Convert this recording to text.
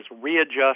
readjust